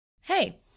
Hey